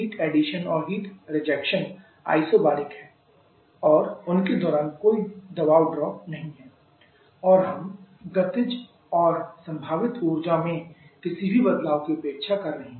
heat addition और heat rejection isobaric हैं और उनके दौरान कोई दबाव ड्रॉप नहीं है और हम गतिज और संभावित ऊर्जा में किसी भी बदलाव की उपेक्षा कर रहे हैं